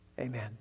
Amen